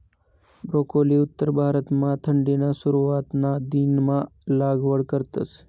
broccoli उत्तर भारतमा थंडीना सुरवातना दिनमा लागवड करतस